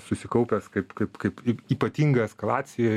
susikaupęs kaip kaip kaip ypatinga eskalacija